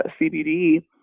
CBD